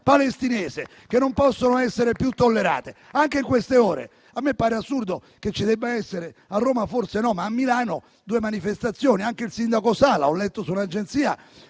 palestinese non possono essere più tollerate. Anche in queste ore a me pare assurdo che ci debbano essere - a Roma forse no, ma a Milano - due manifestazioni; anche il sindaco Sala - l'ho letto su un'agenzia